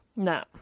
No